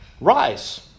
Rise